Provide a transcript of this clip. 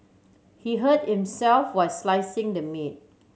he hurt himself while slicing the meat